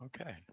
Okay